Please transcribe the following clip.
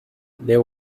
there